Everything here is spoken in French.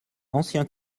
ancien